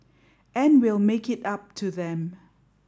and we'll make it up to them